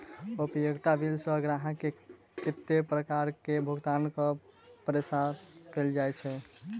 उपयोगिता बिल सऽ ग्राहक केँ कत्ते प्रकार केँ भुगतान कऽ पेशकश कैल जाय छै?